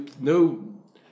no